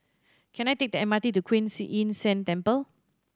can I take M R T to Kuan Yin San Temple